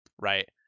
right